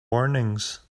warnings